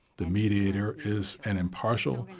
the mediator is an impartial,